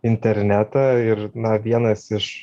internetą ir na vienas iš